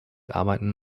arbeiten